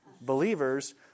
Believers